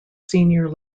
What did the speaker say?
senior